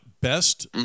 Best